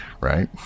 right